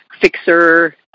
fixer